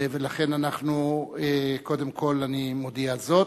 ולכן, קודם כול אני מודיע זאת.